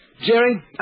Jerry